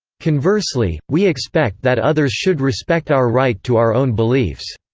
conversely, we expect that others should respect our right to our own beliefs.